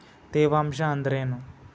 ತೇವಾಂಶ ಅಂದ್ರೇನು?